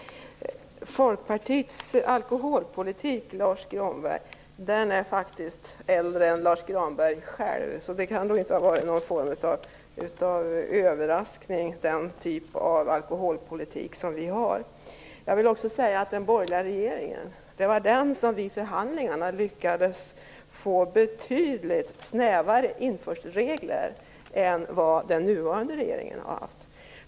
Folkpartiets alkoholpolitik är faktiskt äldre än Lars U Granberg själv, så den kan inte ha kommit som någon form av överraskning. Jag vill också säga att det var den borgerliga regeringen som vid förhandlingarna lyckades få betydligt snävare införselregler än vad den nuvarande regeringen har haft.